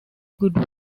good